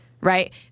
right